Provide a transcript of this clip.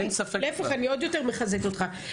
להפך אני עוד יותר מחזקת אותך.